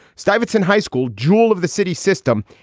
stuyvesant high school, jewel of the city system.